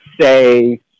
say